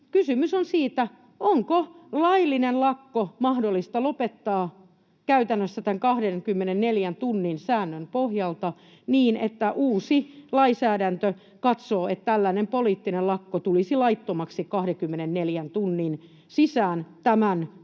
kysymys on siitä, onko laillinen lakko mahdollista lopettaa käytännössä tämän 24 tunnin säännön pohjalta niin, että uusi lainsäädäntö katsoo, että tällainen poliittinen lakko tulisi laittomaksi 24 tunnin sisään tämän uuden